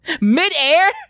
midair